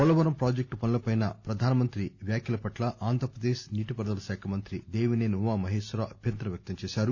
Polavaram project పనులపై ప్రధానమంత్రి వ్యాఖ్యల పట్ల ఆంధ్రప్రదేశ్ నీటిపారుదల శాఖ మంత్రి దేవిసేని ఉమామహేశ్వరరావు అభ్యంతరం వ్యక్తం చేశారు